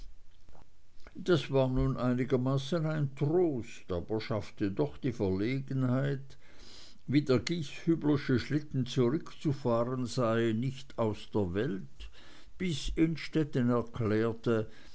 das war nun einigermaßen ein trost aber schaffte doch die verlegenheit wie der gieshüblersche schlitten zurückzufahren sei nicht aus der welt bis innstetten erklärte